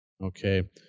okay